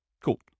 Cool